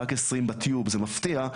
רק 20 בטיוב זה מפתיע,